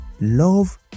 Love